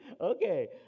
Okay